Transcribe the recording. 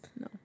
No